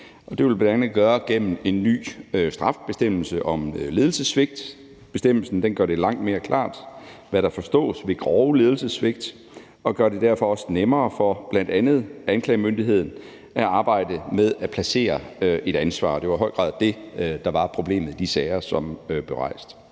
det vil vi bl.a. gøre gennem en ny strafbestemmelse om ledelsessvigt. Bestemmelsen gør det langt mere klart, hvad der forstås ved grove ledelsessvigt, og den gør det dermed også nemmere for bl.a. anklagemyndigheden at arbejde med at placere et ansvar. Det var i høj grad det, der var problemet i de sager, som blev rejst.